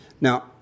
Now